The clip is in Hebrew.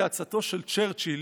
כעצתו של צ'רצ'יל,